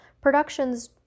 productions